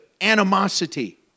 animosity